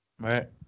Right